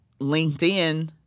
LinkedIn